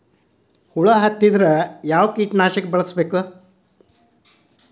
ಹುಳು ಹತ್ತಿದ್ರೆ ಯಾವ ಕೇಟನಾಶಕ ಬಳಸಬೇಕ?